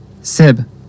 Sib